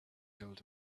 told